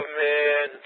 man